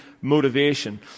motivation